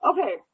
Okay